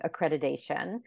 accreditation